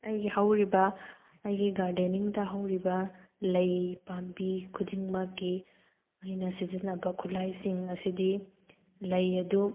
ꯑꯩꯒꯤ ꯍꯧꯔꯤꯕ ꯑꯩꯒꯤ ꯒꯥꯔꯗꯦꯅꯤꯡꯗ ꯍꯧꯔꯤꯕ ꯂꯩ ꯄꯥꯝꯕꯤ ꯈꯨꯗꯤꯡꯃꯛꯀꯤ ꯑꯩꯅ ꯁꯤꯖꯤꯟꯅꯕ ꯈꯨꯠꯂꯥꯏꯁꯤꯡ ꯑꯁꯤꯗꯤ ꯂꯩ ꯑꯗꯨ